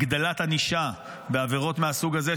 שהגדלת ענישה בעבירות מהסוג הזה,